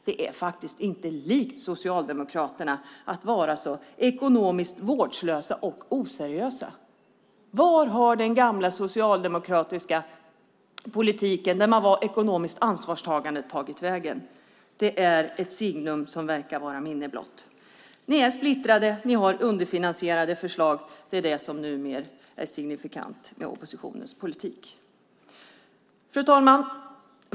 Det är faktiskt inte likt Socialdemokraterna att vara så ekonomiskt vårdslösa och oseriösa. Var har den gamla socialdemokratiska politiken där man var ekonomiskt ansvarstagande tagit vägen? Det är ett signum som verkar vara ett minne blott. Ni är splittrade, och ni har underfinansierade förslag. Det är det som numera är signifikant för oppositionens politik. Fru talman!